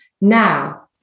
Now